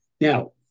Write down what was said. Now